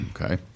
Okay